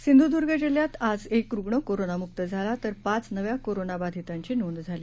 सिंधुदुर्ग जिल्ह्यात आज एक रुग्ण कोरोनामुक्त झाला तर पाच नव्या कोरोनाबाधितांची नोंद झाली